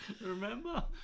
remember